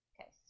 Okay